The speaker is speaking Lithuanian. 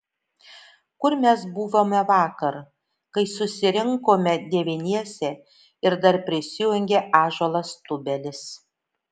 kur mes buvome vakar kai susirinkome devyniese ir dar prisijungė ąžuolas tubelis